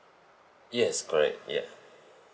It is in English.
yes correct yeah